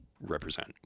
represent